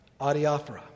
adiaphora